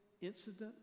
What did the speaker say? incident